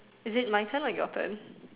is it my turn or your turn